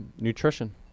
nutrition